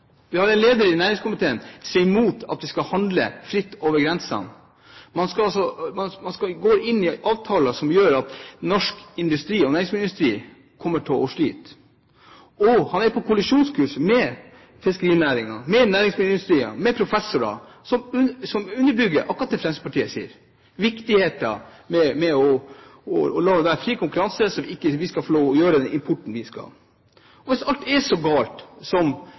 Vi har en leder i næringskomiteen som er imot at vi skal handle fritt over grensene. Man går inn i avtaler som gjør at norsk industri og næringsmiddelindustri kommer til å slite. Og han er på kollisjonskurs med fiskerinæringen, med næringsmiddelindustrien og med professorer som underbygger akkurat det Fremskrittspartiet sier – viktigheten av å la det være fri konkurranse, som ikke vi skal få lov til, med tanke på import. Hvis alt er så galt som